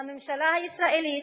הממשלה הישראלית